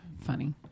funny